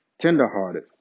tenderhearted